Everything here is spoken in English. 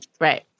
Right